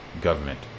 government